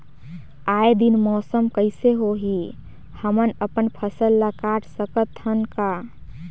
आय दिन मौसम कइसे होही, हमन अपन फसल ल काट सकत हन का?